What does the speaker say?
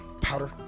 powder